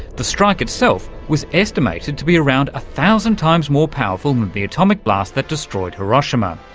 the strike itself was estimated to be around a thousand times more powerful than the atomic blast that destroyed hiroshima,